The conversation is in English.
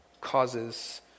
causes